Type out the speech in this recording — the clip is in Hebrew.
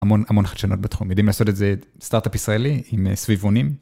המון המון חדשנות בתחום יודעים לעשות את זה סטארט-אפ ישראלי עם סביבונים.